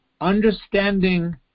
understanding